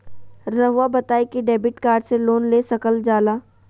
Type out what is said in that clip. रहुआ बताइं कि डेबिट कार्ड से लोन ले सकल जाला?